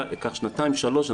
לקח שנתיים-שלוש,